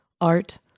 art